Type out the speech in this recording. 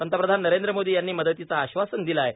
पंतप्रधान नरेंद्र मोदी यांनी मदतीचे आश्वासन दिले आहे